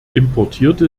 importierte